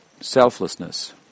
selflessness